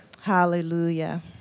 Hallelujah